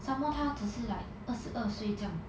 some more 她只是 like 二十二岁这样